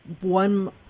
one